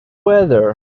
weather